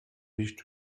nicht